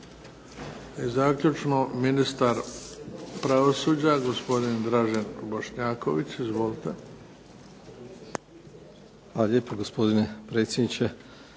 I zaključno ministar pravosuđa gospodin Dražen Bošnjaković. Izvolite. **Bošnjaković, Dražen